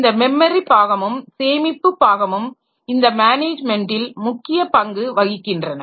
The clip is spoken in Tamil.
இந்த மெமரி பாகமும் சேமிப்பு பாகமும் இந்த மேனேஜ்மென்டில் முக்கிய பங்கு வகிக்கின்றன